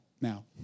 now